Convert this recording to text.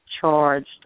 charged